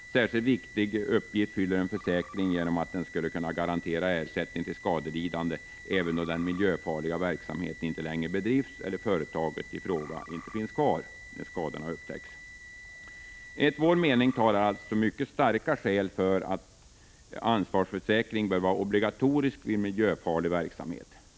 En särskilt viktig uppgift fyller en försäkring genom att den skulle kunna garantera ersättning till skadelidande även då den miljöfarliga verksamheten inte längre bedrivs eller företaget i fråga inte finns kvar när skadorna upptäcks. Enligt vår mening talar alltså mycket starka skäl för att ansvarsförsäkring bör vara obligatorisk vid miljöfarlig verksamhet.